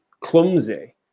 clumsy